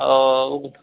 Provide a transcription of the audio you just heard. ओ